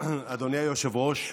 אדוני היושב-ראש,